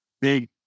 big